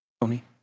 Tony